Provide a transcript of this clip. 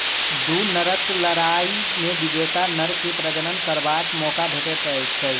दू नरक लड़ाइ मे विजेता नर के प्रजनन करबाक मौका भेटैत छै